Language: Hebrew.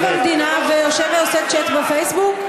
המדינה ויושב ועושה צ'אט בפייסבוק?